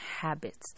habits